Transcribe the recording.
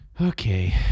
okay